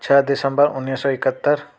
छह दिसंबर उणिवीह सौ इकहतरि